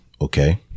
okay